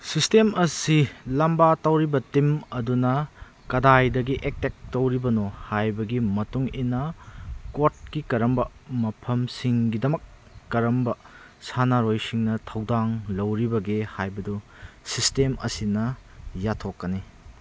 system ꯑꯁꯤ ꯂꯝꯕꯥ ꯇꯧꯔꯤꯕ ꯇꯤꯝ ꯑꯗꯨꯅ ꯀꯗꯥꯏꯗꯒꯤ ꯑꯦꯇꯦꯛ ꯇꯧꯔꯤꯕꯅꯣ ꯍꯥꯏꯕꯒꯤ ꯃꯇꯨꯡ ꯏꯟꯅ ꯀꯣꯔꯠꯀꯤ ꯀꯔꯝꯕ ꯃꯐꯝꯁꯤꯡꯒꯤꯗꯃꯛ ꯀꯔꯝꯕ ꯁꯥꯟꯅꯔꯣꯏꯁꯤꯡꯅ ꯊꯧꯗꯥꯡ ꯂꯧꯔꯤꯕꯒꯦ ꯍꯥꯏꯕꯗꯨ ꯁꯤꯁꯇꯦꯝ ꯑꯁꯤꯅ ꯌꯥꯊꯣꯛꯀꯅꯤ